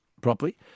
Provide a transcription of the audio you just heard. properly